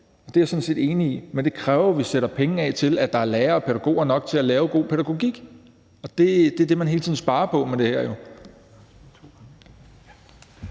Det er jeg sådan set enig i, men det kræver, at vi sætter penge af til, at der er lærere og pædagoger nok til at lave god pædagogik, og det er jo det, man hele tiden sparer på med det her.